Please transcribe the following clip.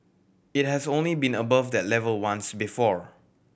it has only been above that level once before